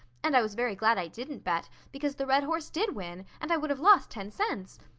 and i was very glad i didn't bet, because the red horse did win, and i would have lost ten cents.